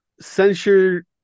censure